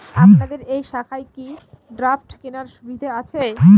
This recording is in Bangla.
আপনাদের এই শাখায় কি ড্রাফট কেনার সুবিধা আছে?